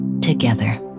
Together